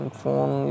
phone